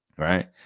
Right